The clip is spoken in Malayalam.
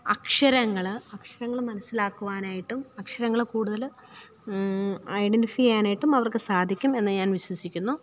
അക്ഷരങ്ങൾ അക്ഷരങ്ങൾ മനസ്സിലാക്കുവാനായിട്ടും അക്ഷരങ്ങൾ കൂടുതൽ ഐഡൻറ്റിഫൈ ചെയ്യാനായിട്ട് അവർക്ക് സാധിക്കും എന്ന് ഞാൻ വിശ്വസിക്കുന്നു